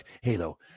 Halo